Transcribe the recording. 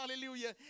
hallelujah